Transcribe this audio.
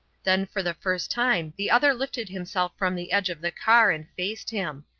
then for the first time the other lifted himself from the edge of the car and faced him.